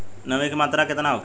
नमी के मात्रा केतना होखे?